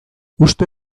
uste